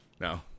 No